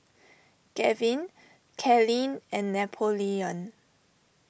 Gavyn Kylene and Napoleon